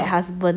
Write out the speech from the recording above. bad husband